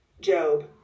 Job